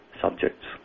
subjects